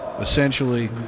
essentially